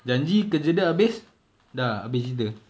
janji kerja dia habis dah habis cerita